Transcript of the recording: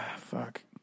fuck